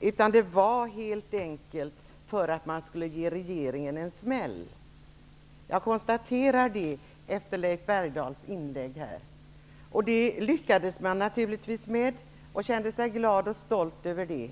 I stället gjorde man det för att man ville ge regeringen en smäll. Det konstaterar jag efter att ha lyssnat till Leif Bergdahls inlägg här. Naturligtvis lyckades man, och man kände kände sig glad och stolt över det.